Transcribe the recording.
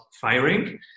firing